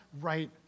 right